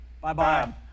Bye-bye